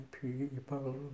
people